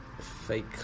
fake